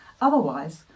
otherwise